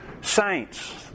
saints